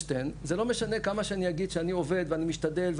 זה לא משנה כמה אני אגיד שאני עובד ואני משתדל,